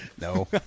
No